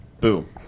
Boom